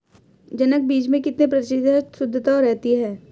जनक बीज में कितने प्रतिशत शुद्धता रहती है?